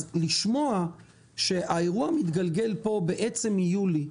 אז לשמוע שהאירוע מתגלגל פה בעצם מיולי,